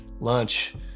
lunch